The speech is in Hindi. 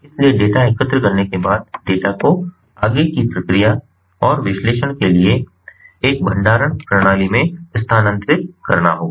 इसलिए डेटा एकत्र करने के बाद डेटा को आगे की प्रक्रिया और विश्लेषण के लिए एक भंडारण प्रणाली में स्थानांतरित करना होगा